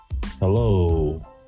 hello